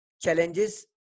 challenges